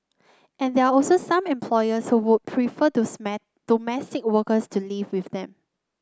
and there are also some employers who would prefer domestic workers to live with them